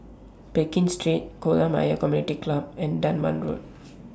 Pekin Street Kolam Ayer Community Club and Dunman Road